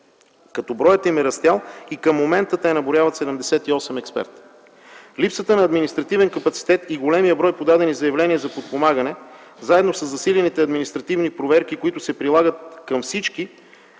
като броят им е растял и към момента те наброяват 78 експерта. Липсата на административен капацитет и големият брой подадени заявления за подпомагане, заедно със засилените административни проверки, които се прилагат към всички,